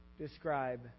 describe